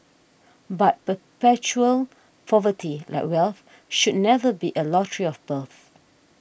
but perpetual poverty like wealth should never be a lottery of birth